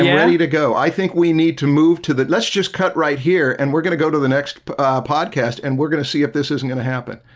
yeah to go i think we need to move to the let's just cut right here and we're gonna go to the next podcast and we're gonna see if this isn't gonna happen.